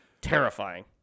Terrifying